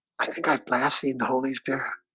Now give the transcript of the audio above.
i think i blaspheme the holy spirit